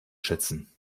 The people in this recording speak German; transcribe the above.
schätzen